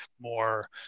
more